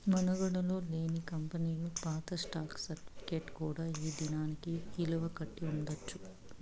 మనుగడలో లేని కంపెనీలు పాత స్టాక్ సర్టిఫికేట్ కూడా ఈ దినానికి ఇలువ కలిగి ఉండచ్చు